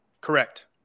correct